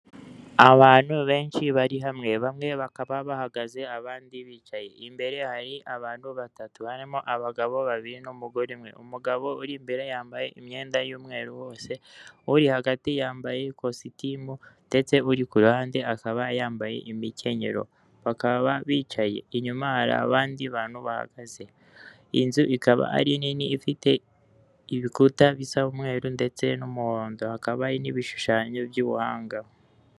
Abantu benshi bari hamwe bamwe bakaba bahagaze abandi bicaye, imbere hari abantu batatu barimo abagabo babiri n'umugore umwe, umugabo uri imbere yambaye imyenda y'umweru hose, uri hagati yambaye ikositimu ndetse uri ku ruhande akaba yambaye imikenyero, bakaba bicaye, inyuma hari abandi bantu bahagaze, iyi nzu ikaba ari nini ifite ibikuta bisa umweru ndetse n'umuhondo, hakaba n'ibishushanyo by'ubuhanga.